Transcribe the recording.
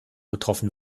getroffen